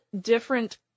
different